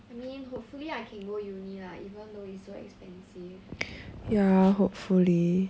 I mean hopefully I can go uni lah even though it's so expensive